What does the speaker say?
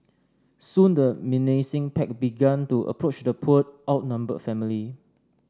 soon the menacing pack began to approach the poor outnumbered family